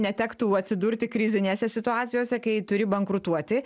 netektų atsidurti krizinėse situacijose kai turi bankrutuoti